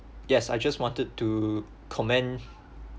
yes I just wanted to comment